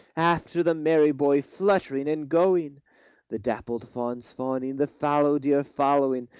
after the merry boy fluttering and going the dappled fawns fawning, the fallow-deer following,